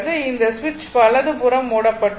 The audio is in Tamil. இந்த சுவிட்ச் வலதுபுறம் மூடப்பட்டுள்ளது